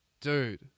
dude